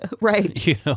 Right